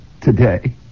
today